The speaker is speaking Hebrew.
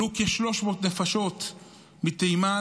עלו כ-300 נפשות מתימן.